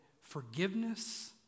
forgiveness